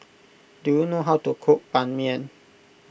do you know how to cook Ban Mian